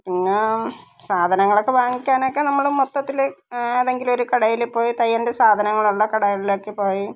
പിന്നെ സാധനങ്ങളൊക്കെ വാങ്ങിക്കാനൊക്കെ നമ്മൾ മൊത്തത്തിൽ ഏതെങ്കിലും ഒരു കടയിൽ പോയി തയ്യലിൻ്റെ സാധനങ്ങളുള്ള കടകളിലൊക്കെ പോയി